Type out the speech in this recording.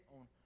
own